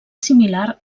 similar